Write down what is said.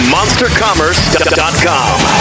MonsterCommerce.com